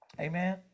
amen